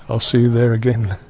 i'll see you there again.